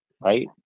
right